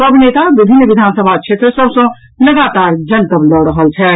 सभ नेता विभिन्न विधानसभा क्षेत्र सभ सँ लगातार जनतब लऽ रहल छथि